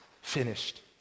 finished